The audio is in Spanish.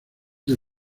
del